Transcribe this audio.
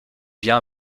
bien